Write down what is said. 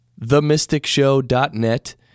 themysticshow.net